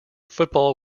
football